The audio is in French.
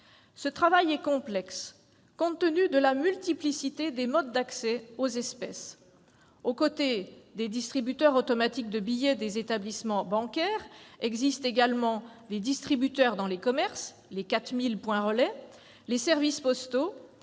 Ce travail est complexe, compte tenu de la multiplicité des modes d'accès aux espèces. Aux côtés des distributeurs automatiques de billets des établissements bancaires existent également des distributeurs dans des commerces- il s'agit des 4 000 points relais -, les services postaux